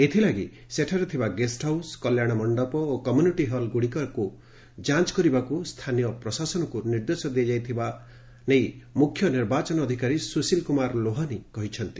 ଏଥିଲାଗି ସେଠାରେ ଥିବା ଗେଷ୍ ହାଉସ୍ କଲ୍ୟାଶ ମଣ୍ଡପ ଓ କମ୍ୟୁନିଟି ହଲ୍ ଗୁଡିକରେ ଯାଞ କରିବାକୁ ସ୍ଥାନୀୟ ପ୍ରଶାସନକୁ ନିର୍ଦ୍ଦେଶ ଦିଆଯାଇଥିବା ମୁଖ୍ୟ ନିର୍ବାଚନ ଅଧିକାରୀ ସୁଶୀଲ କୁମାର ଲୋହାନୀ ପ୍ରକାଶ କରିଛନ୍ତି